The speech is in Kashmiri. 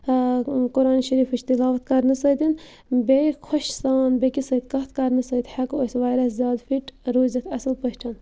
قرآن شٔریٖفٕچ تِلاوت کَرنہٕ سۭتۍ بیٚیہِ خۄش سان بیٚکِس سۭتۍ کَتھ کَرنہٕ سۭتۍ ہٮ۪کو أسۍ واریاہ زیادٕ فِٹ روٗزِتھ اَصٕل پٲٹھۍ